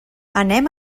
anem